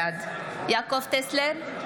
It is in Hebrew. בעד יעקב טסלר,